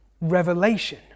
revelation